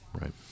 right